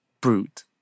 brute